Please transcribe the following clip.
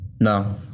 No